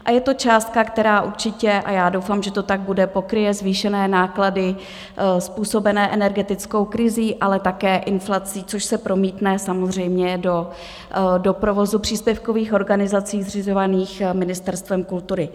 A je to částka, která určitě a já doufám, že to tak bude pokryje zvýšené náklady způsobené energetickou krizí, ale také inflací, což se promítne samozřejmě do provozu příspěvkových organizací zřizovaných Ministerstvem kultury.